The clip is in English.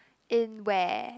in where